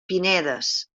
pinedes